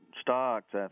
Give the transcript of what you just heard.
stocks